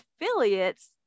affiliates